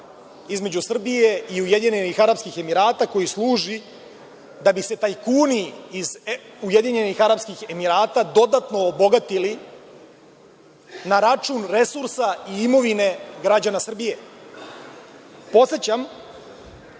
između Srbije i Ujedinjenih Arapskih Emirata koji služi da bi se tajkuni iz Ujedinjenih Arapskih Emirata dodatno obogatili na račun resursa i imovine građana Srbije. Podsećam